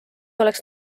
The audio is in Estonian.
oleks